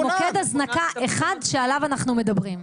זה מוקד הזנקה אחד שעליו אנחנו מדברים.